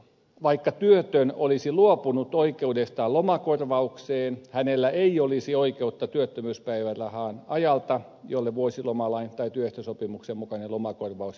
vaikka työtön olisi luopunut oikeudestaan lomakorvaukseen hänellä ei olisi oikeutta työttömyyspäivärahaan ajalta jolle vuosilomalain tai työehtosopimuksen mukainen lomakorvaus jaksottuisi